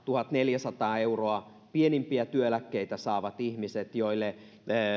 tuhatneljäsataa euroa pienimpiä työeläkkeitä saavista ihmisistä joille